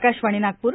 Akashvani Nagpur